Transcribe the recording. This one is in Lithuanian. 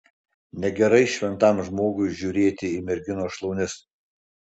negerai šventam žmogui žiūrėti į merginos šlaunis